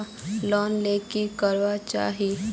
Loan ले की करवा चाहीस?